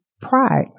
pride